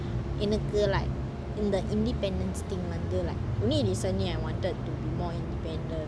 என்னக்கு:ennaku in the independence thing வந்து:vanthu like mean like recently I wanted to be more independent